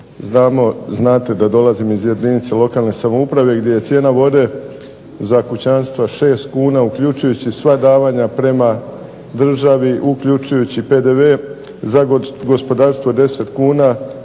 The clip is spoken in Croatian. znamo, znate da dolazim iz jedinice lokalne samouprave, gdje je cijena vode za kućanstva 6 kuna, uključujući sva davanja prema državi, uključujući PDV za gospodarstvo 10 kuna,